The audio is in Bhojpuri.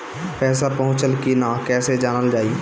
पैसा पहुचल की न कैसे जानल जाइ?